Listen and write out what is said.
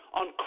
on